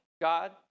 God